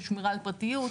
ושמירה על פרטיות,